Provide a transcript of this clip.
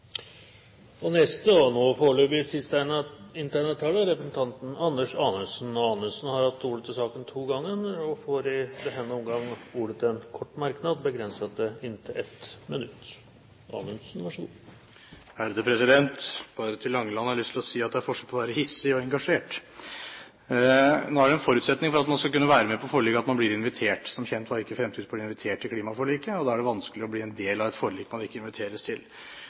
Representanten Anders Anundsen har hatt ordet to ganger tidligere og får ordet til en kort merknad, begrenset til 1 minutt. Jeg har bare lyst til å si til Langeland at det er forskjell på å være hissig og å være engasjert. Nå er det en forutsetning for at man skal kunne være med på forlik at man blir invitert. Som kjent var ikke Fremskrittspartiet invitert til klimaforliket. Det er vanskelig å bli en del av et forlik man ikke inviteres til.